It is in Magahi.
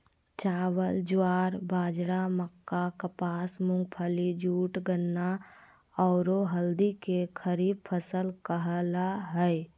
चावल, ज्वार, बाजरा, मक्का, कपास, मूंगफली, जूट, गन्ना, औरो हल्दी के खरीफ फसल कहला हइ